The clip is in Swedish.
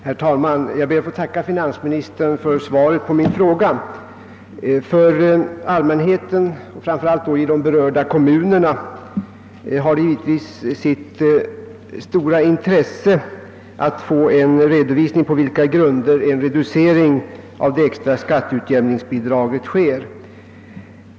Herr talman! Jag ber att få tacka finansministern för svaret på min fråga. För allmänheten, framför allt i de berörda kommunerna, har det givetvis sitt stora intresse att få en redovisning av på vilka grunder en reducering av det extra skatteutjämningsbidraget företas.